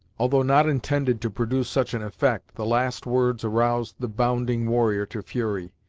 although not intended to produce such an effect, the last words aroused the bounding warrior to fury.